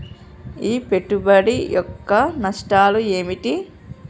ఈ పెట్టుబడి యొక్క నష్టాలు ఏమిటి?